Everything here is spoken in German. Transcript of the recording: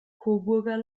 coburger